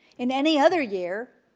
in any other year,